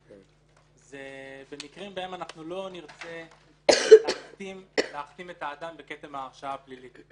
זה במקרים שבהם לא נרצה להכתים את האדם בכתם ההרשעה הפלילית.